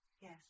Yes